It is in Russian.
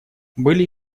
были